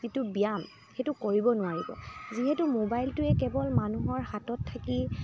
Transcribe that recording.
যিটো ব্যায়াম সেইটো কৰিব নোৱাৰিব যিহেতো মোবাইলটোৱেই কেৱল মানুহৰ হাতত থাকি